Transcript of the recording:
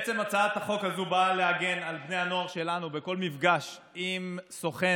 בעצם הצעת החוק הזאת באה להגן על בני הנוער שלנו בכל מפגש עם סוכן